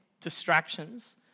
distractions